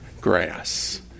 grass